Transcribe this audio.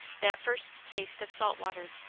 that first taste of salt water.